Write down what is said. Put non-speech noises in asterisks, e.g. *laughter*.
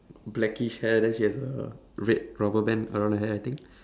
blackish hair then she has a red rubber band around her hair I think *breath*